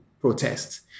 protests